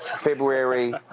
February